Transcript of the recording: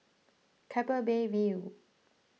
Keppel Bay View